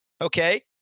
okay